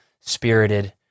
spirited